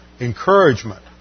encouragement